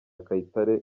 kayitare